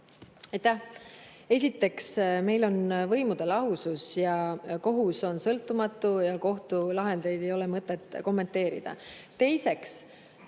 Esiteks, meil on võimude lahusus ja kohus on sõltumatu, kohtulahendeid ei ole mõtet kommenteerida. Teiseks,